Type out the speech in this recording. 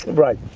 right,